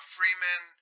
Freeman